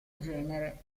genere